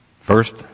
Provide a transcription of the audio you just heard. first